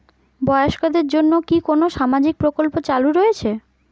বয়স্কদের জন্য কি কোন সামাজিক প্রকল্প চালু রয়েছে?